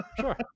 sure